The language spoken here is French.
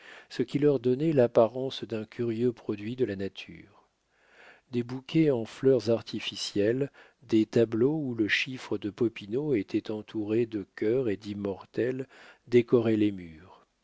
ce qui leur donnait l'apparence d'un curieux produit de la nature des bouquets en fleurs artificielles des tableaux où le chiffre de popinot était entouré de cœurs et d'immortelles décoraient les murs